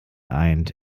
eint